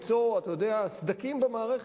אני כבר מנסה למצוא סדקים במערכת.